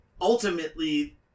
ultimately